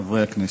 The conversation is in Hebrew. חברי הכנסת,